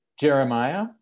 Jeremiah